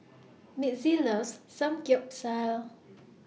Mitzi loves Samgyeopsal